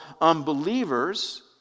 unbelievers